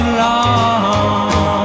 long